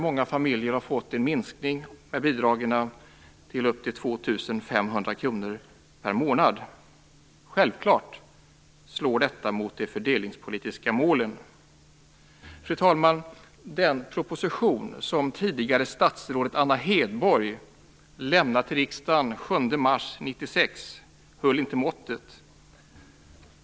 Många familjer har fått en minskning av bidragen upp till 2 500 kr per månad. Självfallet slår detta mot de fördelningspolitiska målen. Fru talman! Den proposition som tidigare statsrådet Anna Hedborg lämnade till riksdagen den 7 mars 1996 höll inte måttet.